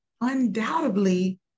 undoubtedly